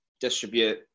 distribute